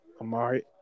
Amari